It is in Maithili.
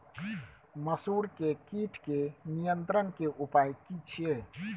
मसूर के कीट के नियंत्रण के उपाय की छिये?